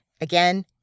Again